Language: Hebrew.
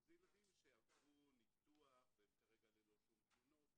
זה ילדים שעברו ניתוח והם כרגע ללא שום תלונות וכולי,